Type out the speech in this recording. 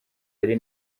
hari